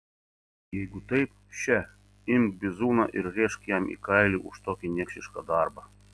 jeigu taip še imk bizūną ir rėžk jam į kailį už tokį niekšišką darbą